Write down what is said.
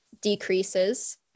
decreases